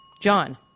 John